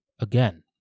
again